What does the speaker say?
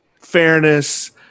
fairness